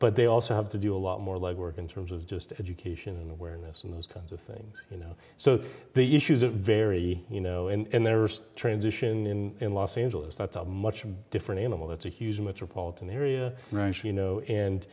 but they also have to do a lot more legwork in terms of just education and awareness and those kinds of things you know so the issues are very you know and there are transition in los angeles that's a much different animal that's a huge metropolitan area you know and